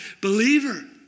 Believer